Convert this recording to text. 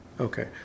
okay